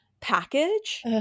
package